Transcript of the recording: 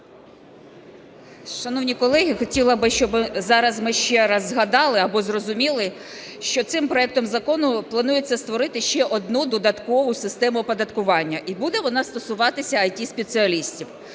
Шановні колеги, хотіла б, щоб зараз ми ще раз згадали або зрозуміли, що цим проектом закону планується створити ще одну додаткову систему оподаткування, і буде вона стосуватися ІТ-спеціалістів.